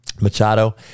Machado